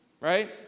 right